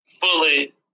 fully